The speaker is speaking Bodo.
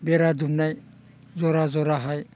बेरा दुमनाय जरा जराहाय